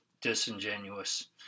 disingenuous